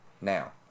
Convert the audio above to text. now